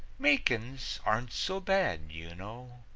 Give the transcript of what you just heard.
makin's aren't so bad, you know.